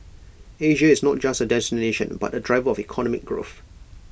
Asia is not just A destination but A driver of economic growth